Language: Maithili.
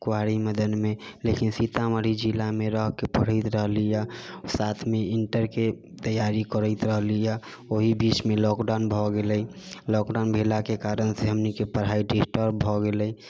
कवारी मदनमे लेकिन सीतामढ़ी जिलामे रहिके पढ़ैत रहली हँ साथमे इण्टरके तैयारी करैत रहली हँ ओहि बीचमे लॉकडाउन भए गेलै लॉकडाउन भेलाके कारण से हमनीके पढ़ाइ डिस्टर्ब भए गेलै